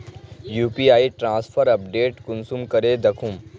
UPI transfer update कुंसम करे दखुम?